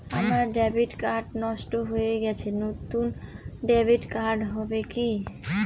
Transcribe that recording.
আমার debit card নষ্ট হয়ে গেছে নূতন ডেবিট কার্ড হবে কি?